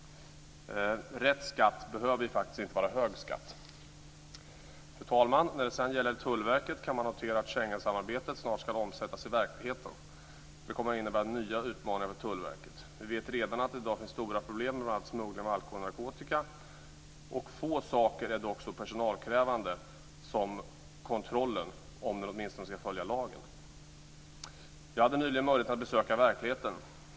Rätt skatt behöver faktiskt inte vara hög skatt. Fru talman! När det gäller Tullverket kan man notera att Schengensamarbetet snart ska omsättas i verkligheten. Det kommer att innebära nya utmaningar för Tullverket. Vi vet att man redan i dag har stora problem med bl.a. smuggling av alkohol och narkotika. Få saker är så personalkrävande som en kontrollverksamhet i enlighet med lagens föreskrifter. Jag hade nyligen möjlighet att besöka verkligheten.